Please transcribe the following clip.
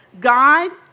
God